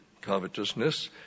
covetousness